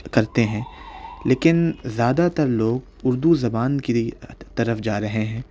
کرتے ہیں لیکن زیادہ تر لوگ اردو زبان کی طرف جا رہے ہیں